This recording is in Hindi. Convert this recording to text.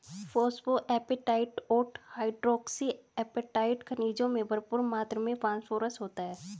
फोस्फोएपेटाईट और हाइड्रोक्सी एपेटाईट खनिजों में भरपूर मात्र में फोस्फोरस होता है